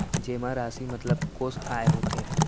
जेमा राशि मतलब कोस आय होथे?